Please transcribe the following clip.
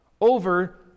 over